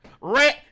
Red